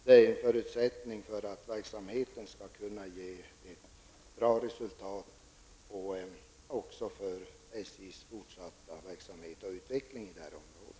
Det är en förutsättning för att verksamheten skall kunna ge ett bra resultat, och det är också en förutsättning för SJs fortsatta verksamhet och utveckling i det här området.